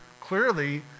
clearly